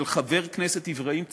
של חבר הכנסת אברהים צרצור,